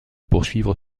poursuivre